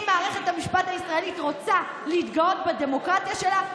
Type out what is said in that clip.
אם מערכת המשפט הישראלית רוצה להתגאות בדמוקרטיה שלה,